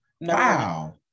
Wow